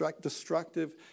destructive